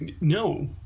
no